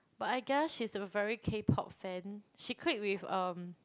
but I guess she's a very K-Pop fan she click with um